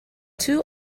two